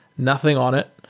nothing on it,